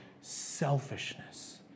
selfishness